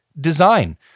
design